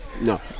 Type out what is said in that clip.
No